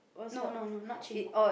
no no no not Jing